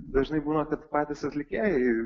dažnai būna kad patys atlikėjai